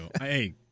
Hey